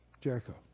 Jericho